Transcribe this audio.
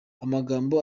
amagambo